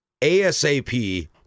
ASAP